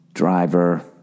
Driver